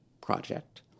project